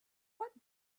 but